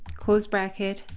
close bracket,